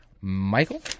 Michael